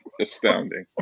astounding